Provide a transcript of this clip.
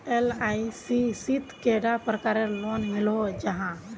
LIC शित कैडा प्रकारेर लोन मिलोहो जाहा?